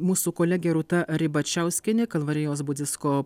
mūsų kolegė rūta ribačiauskienė kalvarijos budzisko